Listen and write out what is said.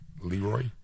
Leroy